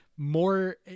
More